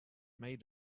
made